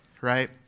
right